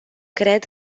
cred